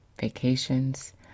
vacations